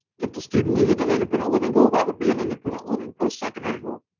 if the student needed an independent living goal, that would be an independent living postsecondary goal.